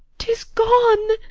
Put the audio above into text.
tis gone.